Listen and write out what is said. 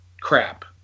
crap